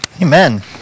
Amen